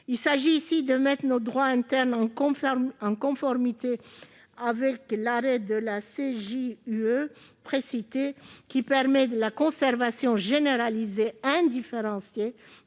Il s'agit ici de mettre notre droit interne en conformité avec l'arrêt de la CJUE précité, qui permet la conservation généralisée et indifférenciée